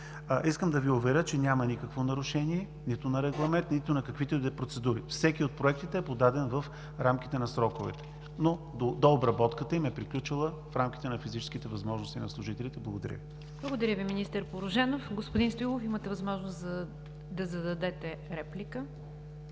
Искам да Ви уверя, че няма никакво нарушение – нито на регламента, нито на каквито и да е процедури. Всеки от проектите е подаден в рамките на сроковете, но дообработката им е приключила в рамките на физическите възможности на служителите. Благодаря Ви. ПРЕДСЕДАТЕЛ НИГЯР ДЖАФЕР: Благодаря Ви, министър Порожанов. Господин Стоилов, имате възможност да зададете реплика.